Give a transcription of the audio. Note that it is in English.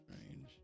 Strange